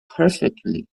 perfectly